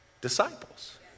disciples